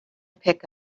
pick